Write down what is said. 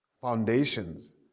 foundations